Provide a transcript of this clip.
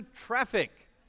traffic